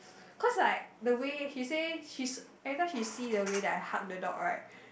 cause like the way he say she's every time she see the way that I hug the dog right